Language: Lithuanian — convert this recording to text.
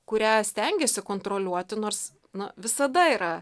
kurią stengėsi kontroliuoti nors na visada yra